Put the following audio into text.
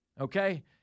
Okay